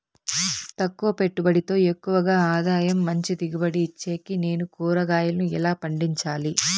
తక్కువ పెట్టుబడితో ఎక్కువగా ఆదాయం మంచి దిగుబడి ఇచ్చేకి నేను కూరగాయలను ఎలా పండించాలి?